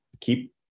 Keep